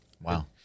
Wow